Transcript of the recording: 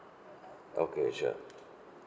okay sure